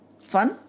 Fun